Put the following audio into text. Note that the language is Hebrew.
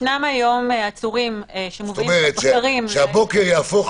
ישנם היום עצורים שמובאים בבקרים --- זאת אומרת שהבוקר יהפוך